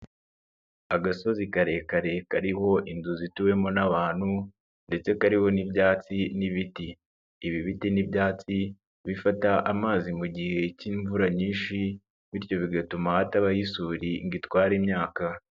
Agasozi karekare kariho inzu zituwemo n'abantu ndetse kariho n'ibyatsi n'ibiti. Ibi biti n'ibyatsi bifata amazi mu gihe k'imvura nyinshi bityo bigatuma hatabaho isuri ngo itware imyaka.